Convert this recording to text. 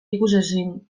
ikusezin